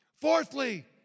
Fourthly